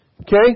Okay